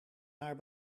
haar